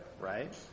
right